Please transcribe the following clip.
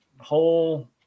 whole